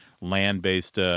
land-based